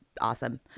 awesome